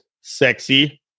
sexy